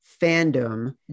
fandom